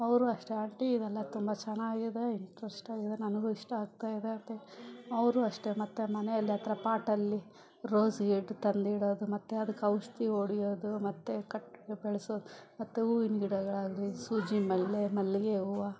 ಅವರು ಅಷ್ಟೇ ಆಂಟಿ ಇದೆಲ್ಲ ತುಂಬ ಚೆನ್ನಾಗಿದೆ ಇಂಟ್ರೆಶ್ಟಾಗಿದೆ ನನಗೂ ಇಷ್ಟ ಆಗ್ತಾಯಿದೆ ಅಂತ ಅವರು ಅಷ್ಟೇ ಮತ್ತು ಮನೆಯಲ್ಲಿ ಆ ಥರ ಪಾಟಲ್ಲಿ ರೋಸ್ ಇಡು ತಂದಿಡೋದು ಮತ್ತು ಅದಕ್ಕೆ ಔಷಧಿ ಹೊಡಿಯೋದು ಮತ್ತು ಕಟ್ ಬೆಳೆಸೋದು ಮತ್ತು ಹೊವಿನ ಗಿಡಗಳಾಗಲಿ ಸೂಜಿ ಮಲ್ಲೆ ಮಲ್ಲಿಗೆ ಹೊವು